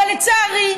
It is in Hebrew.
אבל לצערי,